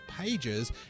pages